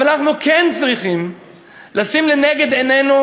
אבל אנחנו כן צריכים לשים לנגד עינינו